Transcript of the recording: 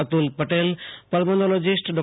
Atul Patel pulmonologist Dr